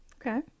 Okay